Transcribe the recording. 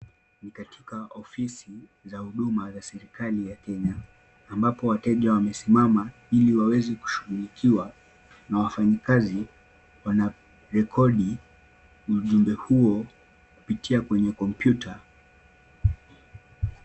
Ni katika ofisi za Huduma za serikali ya Kenya. Ambapo wateja wamesimama ili waweze kushughulikiwa na wafanyikazi wanarekodi ujumbe huo kupitia kwenye kompyuta.